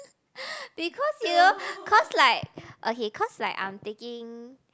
because you know cause like okay cause like I'm taking